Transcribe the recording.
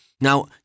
Now